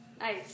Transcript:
Nice